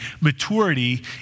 Maturity